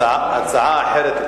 הצעה אחרת,